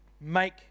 make